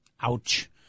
Ouch